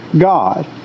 God